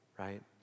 Right